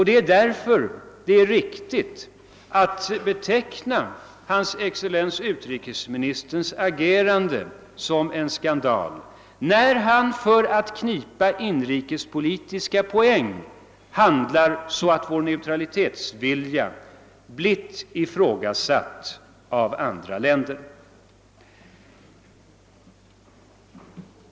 Det är därför riktigt att beteckna hans excellens utrikesministerns agerande som en skandal, när han för att knipa inrikespolitiska poäng handlar så att vår neutralitetsvilja ifrågasätts av andra länder.